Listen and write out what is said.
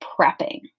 prepping